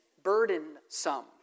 Burdensome